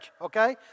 okay